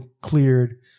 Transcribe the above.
cleared